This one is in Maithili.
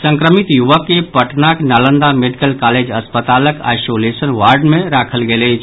संक्रमित युवक के पटनाक नालंदा मेडिकल कॉलेज अस्पतालक आइसोलेशन वार्ड मे राखल गेल अछि